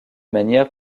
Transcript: manière